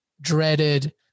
dreaded